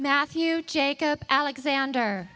matthew jacob alexander